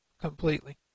completely